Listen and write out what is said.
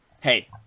Hey